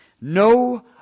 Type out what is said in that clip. No